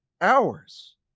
hours